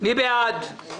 מי בעד אישור הפנייה?